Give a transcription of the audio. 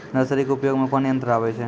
Nursery के उपयोग मे कोन यंत्र आबै छै?